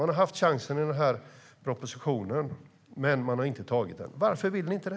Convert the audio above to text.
Ni har inte tagit den chans som ges i propositionen. Varför vill ni inte?